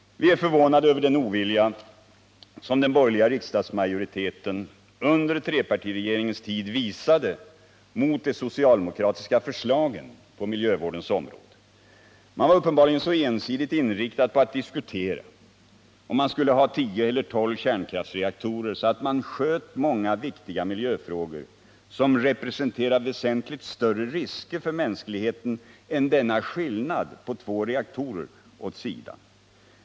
Vi är förvånade över den ovilja som den borgerliga riksdagsmajoriteten under trepartiregeringens tid visade mot de socialdemokratiska förslagen på miljövårdens område. Man var uppenbarligen så ensidigt inriktad på att diskutera om man skulle ha tio eller tolv kärnkraftsreaktorer att man sköt många viktiga miljöfrågor, som representerar väsentligt större risker för mänskligheten än denna skillnad på två reaktorer, åt sidan.